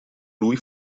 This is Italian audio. lui